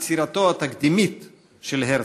יצירתו התקדימית של הרצל.